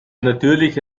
natürliche